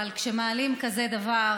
אבל כשמעלים כזה דבר,